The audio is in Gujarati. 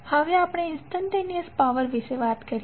i હવે આપણે ઇંસ્ટંટેનીઅસ પાવર વિશે વાત કરીએ